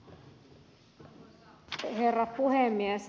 arvoisa herra puhemies